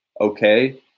okay